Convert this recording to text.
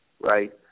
right